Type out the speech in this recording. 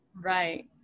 Right